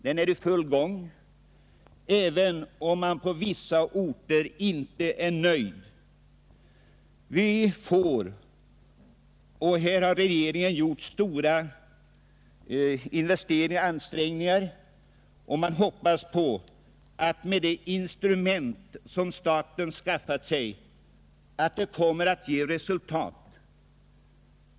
Den är i full gång även om man på vissa orter inte är nöjd. Här har regeringen gjort stora ansträngningar, och man må hoppas att de med de instrument som staten skaffat sig kommer att ge resultat.